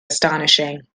astonishing